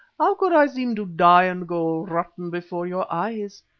how could i seem to die and go rotten before your eyes?